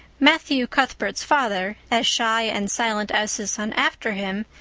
matthew cuthbert's father, as shy and silent as his son after him,